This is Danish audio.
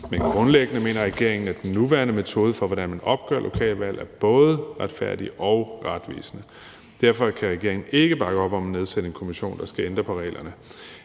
Men grundlæggende mener regeringen, at den nuværende metode for, hvordan man opgør lokalvalg, er både retfærdig og retvisende. Derfor kan regeringen ikke bakke op om at nedsætte en kommission, der skal ændre på reglerne.